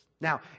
Now